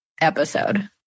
episode